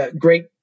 great